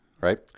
Right